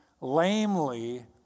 lamely